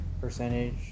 Percentage